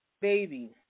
baby